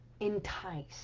entice